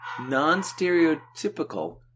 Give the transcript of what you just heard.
non-stereotypical